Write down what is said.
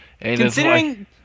Considering